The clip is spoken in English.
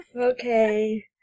Okay